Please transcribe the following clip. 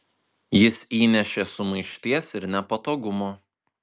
jis įnešė sumaišties ir nepatogumo